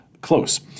close